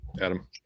adam